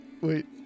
Wait